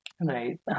Right